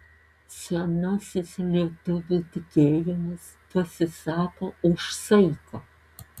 senasis lietuvių tikėjimas pasisako už saiką